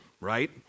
Right